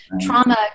trauma